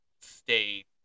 stay